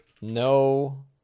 no